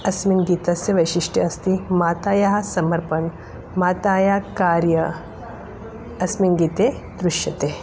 अस्मिन् गीतस्य वैशिष्ट्यम् अस्ति मातुः समर्पणं मातुः कार्यम् अस्मिन् गीते दृश्यते